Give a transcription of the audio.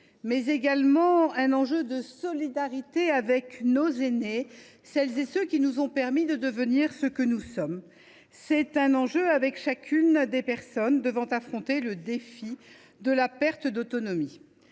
mais également un enjeu de solidarité avec nos aînés, celles et ceux qui nous ont permis de devenir qui nous sommes. C’est un enjeu pour chacune des personnes devant affronter le défi de la perte d’autonomie.